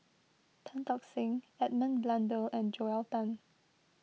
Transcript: Tan Tock Seng Edmund Blundell and Joel Tan